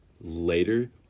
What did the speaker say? later